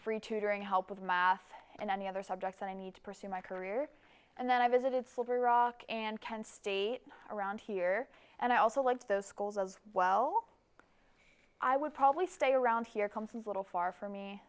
free tutoring help with math and any other subjects i need to pursue my career and then i visited silver rock and kent state around here and i also like those schools as well i would probably stay around here comes a little far for me